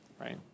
right